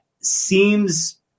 seems